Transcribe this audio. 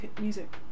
music